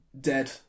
dead